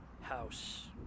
house